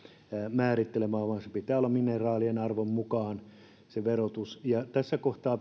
määrittelemään vaan verotuksen pitää olla mineraalien arvon mukaan tässä kohtaa